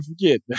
forget